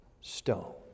stone